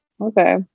okay